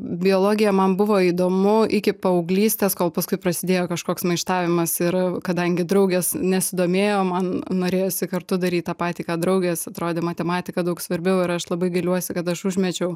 biologija man buvo įdomu iki paauglystės kol paskui prasidėjo kažkoks maištavimas ir kadangi draugės nesidomėjo man norėjosi kartu daryt tą patį ką draugės atrodė matematika daug svarbiau ir aš labai gailiuosi kad aš užmečiau